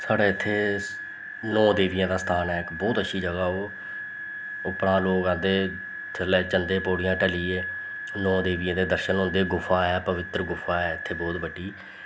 साढ़े इत्थें नौ देवियें दा स्थान ऐ इक बोह्त अच्छी जगह् ओह् उप्परा लोग आंदे थल्लै चलदे पौड़ियां टलियै नौ देवियें दे दर्शन होंदे गुफा ऐ पवित्र गुफा ऐ इत्थें बोह्त बड्डी